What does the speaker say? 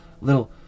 Little